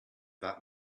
that